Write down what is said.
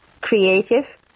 creative